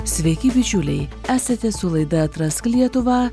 sveiki bičiuliai esate su laida atrask lietuvą